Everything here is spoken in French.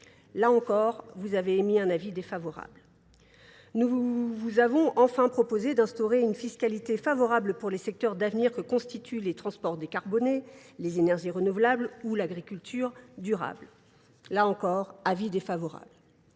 Là encore, vous avez émis un avis défavorable. Nous vous avons enfin proposé d'instaurer une fiscalité favorable pour les secteurs d'avenir que constituent les transports des carbonés, les énergies renouvelables ou l'agriculture durable. Là encore, avis défavorable.